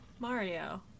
Mario